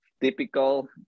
typical